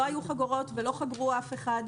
לא היו חגורות ולא חגרו אף אחד.